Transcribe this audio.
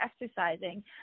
exercising